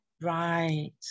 Right